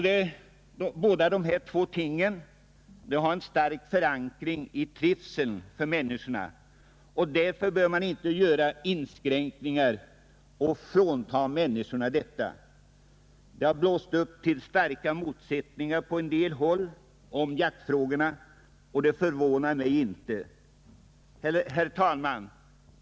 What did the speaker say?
Dessa två ting har en stark förankring i trivseln för människorna. Därför bör man inte göra inskränkningar och frånta människor dessa rättigheter. Det har blåst upp till starka motsättningar på en del håll om jaktfrågorna, och det förvånar mig inte. Herr talman!